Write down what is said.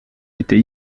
été